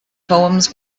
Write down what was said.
poems